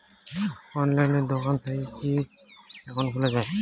অনলাইনে দোকান থাকি কি একাউন্ট খুলা যায়?